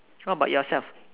what about yourself